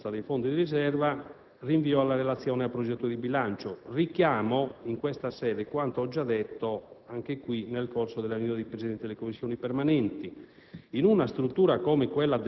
Senato. Quanto ai rilievi sulla consistenza dei fondi di riserva rinvio alla relazione al progetto di bilancio e richiamo in questa sede quanto ho già detto